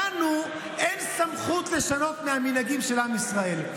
לנו אין סמכות לשנות מהמנהגים של עם ישראל.